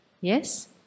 Yes